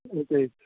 ਠੀਕ ਹੈ ਉਕੇ